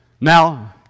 Now